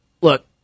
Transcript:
look